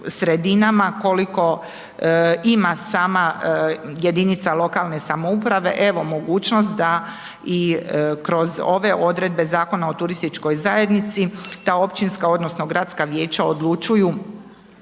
koliko ima sama jedinica lokalne samouprave evo mogućnost da i kroz ove odredbe Zakona o turističkoj zajednici ta općinska odnosno gradska vijeća odlučuju